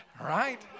Right